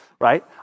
right